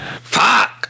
Fuck